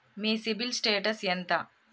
మీ CIBIL status ఎంత?